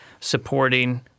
supporting